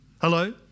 Hello